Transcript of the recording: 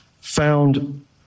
found